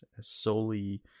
solely